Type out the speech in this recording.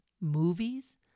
movies